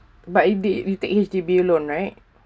but you did you take H_D_B loan right